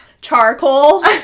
charcoal